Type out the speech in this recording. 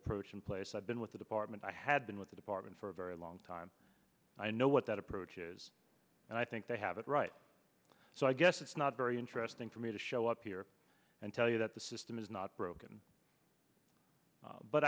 approach in place i've been with the department i had been with the department for a very long time i know what that approach is and i think they have it right so i guess it's not very interesting for me to show up here and tell you that the system is not broken